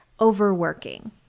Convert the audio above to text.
overworking